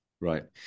Right